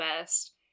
best